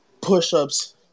push-ups